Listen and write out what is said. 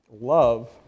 Love